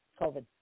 COVID